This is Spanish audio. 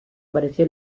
apareció